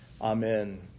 Amen